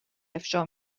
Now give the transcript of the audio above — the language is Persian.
افشا